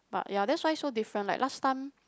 but ya that's why so different like last time